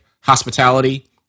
hospitality